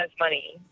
money